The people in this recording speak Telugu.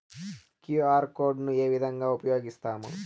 క్యు.ఆర్ కోడ్ ను ఏ విధంగా ఉపయగిస్తాము?